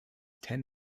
ten